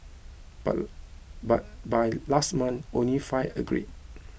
but by by last month only five agreed